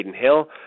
Hill